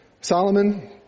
Solomon